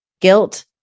guilt